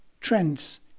Trends